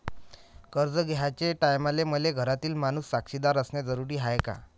कर्ज घ्याचे टायमाले मले घरातील माणूस साक्षीदार असणे जरुरी हाय का?